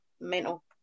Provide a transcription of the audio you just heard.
mental